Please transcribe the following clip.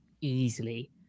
easily